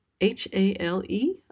H-A-L-E